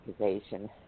accusation